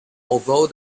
although